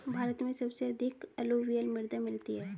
भारत में सबसे अधिक अलूवियल मृदा मिलती है